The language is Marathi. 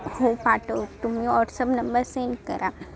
हो पाठवतो तुम्ही ओट्सअप नंबर सेंड करा